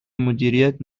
مدیریت